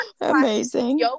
Amazing